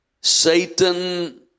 Satan